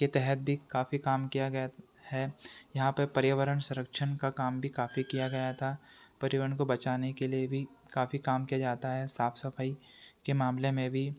के तहत भी काफी काम किया गया है यहाँ पर पर्यावरण संरक्षण का काम भी काफी किया गया था पर्यावरण को बचाने के लिए भी काफी काम किया जाता है साफ सफाई के मामले में भी